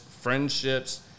friendships